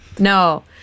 no